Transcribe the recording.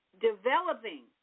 developing